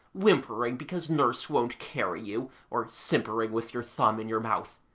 whimpering because nurse won't carry you, or simpering with your thumb in your mouth,